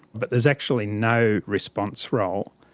but there's actually no response role.